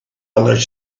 other